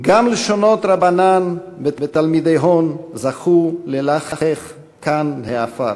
/ גם לשונות רבנן ותלמידיהוֹן / זכו ללחך כאן העפר."